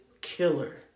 killer